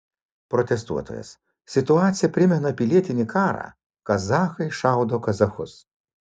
protestuotojas situacija primena pilietinį karą kazachai šaudo kazachus